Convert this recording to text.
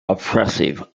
oppressive